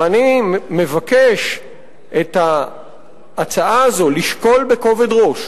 ואני מבקש את ההצעה הזו לשקול בכובד ראש,